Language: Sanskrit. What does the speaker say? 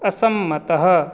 असम्मतः